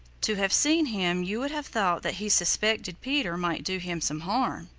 to have seen him you would have thought that he suspected peter might do him some harm.